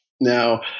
Now